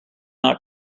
not